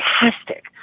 fantastic